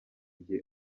gihe